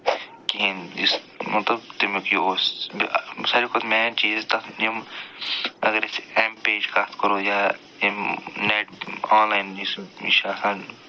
کِہیٖنۍ یُس مےٚ دوٚپ تمیُک یہِ اوس بیاکھ ساروٕے کھۄتہٕ مین چیٖز تتھ یِم اگر أسۍ اٮ۪م پے یِم کتھ کَرو یا أمۍ نٮ۪ٹ آنلایَن یُس یِم یہِ چھُ آسان